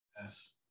Yes